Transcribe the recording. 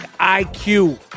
IQ